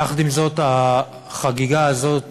יחד עם זאת, החגיגה הזאת